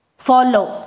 follow